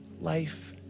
life